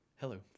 hello